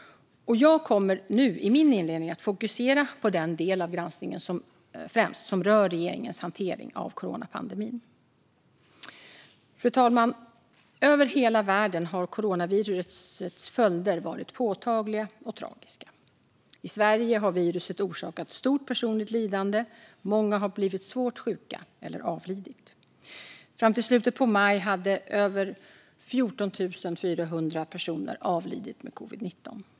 Jag kommer nu, i min inledning, främst att fokusera på den del av granskningen som rör regeringens hantering av coronapandemin. Fru talman! Över hela världen har coronavirusets följder varit påtagliga och tragiska. I Sverige har viruset orsakat stort personligt lidande, och många har blivit svårt sjuka eller avlidit. Fram till slutet av maj hade över 14 400 personer avlidit med covid-19.